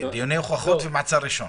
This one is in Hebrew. דיוני הוכחות ומעצר ראשון.